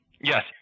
Yes